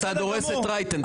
אתה דורס את רייטן.